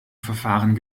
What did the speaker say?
verfahren